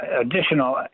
additional